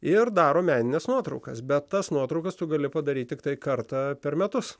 ir daro menines nuotraukas bet tas nuotraukas tu gali padaryt tiktai kartą per metus